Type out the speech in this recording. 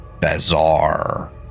bazaar